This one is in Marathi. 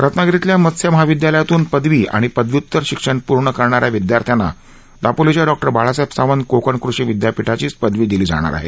रत्नागिरीतल्या मत्स्य महाविद्यालयातून पदवी आणि पदव्य्तर शिक्षण पूर्ण करणाऱ्या विद्यार्थ्यांना दापोलीच्या डॉक्टर बाळासाहेब सावंत कोकण कृषी विद्यापीठाचीच पदवी दिली जाणार आहे